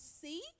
see